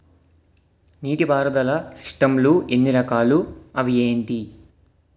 నీటిపారుదల సిస్టమ్ లు ఎన్ని రకాలు? అవి ఏంటి?